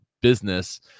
business